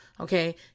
Okay